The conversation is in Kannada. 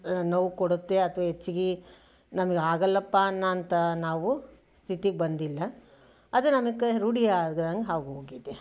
ನೋವು ಕೊಡುತ್ತೆ ಅಥವಾ ಹೆಚ್ಚಿಗೆ ನಮಗಾಗಲ್ಲಪ್ಪಾ ಅನ್ನೋಂಥ ನಾವು ಸ್ಥಿತಿಗೆ ಬಂದಿಲ್ಲ ಅದು ನಮಗೆ ರೂಢಿ ಆದಂಗೆ ಆಗೋಗಿದೆ